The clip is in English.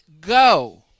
go